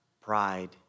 pride